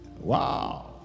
Wow